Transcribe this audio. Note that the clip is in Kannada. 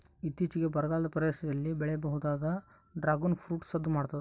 ಇತ್ತೀಚಿಗೆ ಬರಗಾಲದ ಪ್ರದೇಶದಲ್ಲಿ ಬೆಳೆಯಬಹುದಾದ ಡ್ರಾಗುನ್ ಫ್ರೂಟ್ ಸದ್ದು ಮಾಡ್ತಾದ